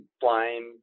blind